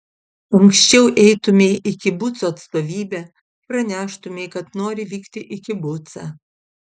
anksčiau eitumei į kibuco atstovybę praneštumei kad nori vykti į kibucą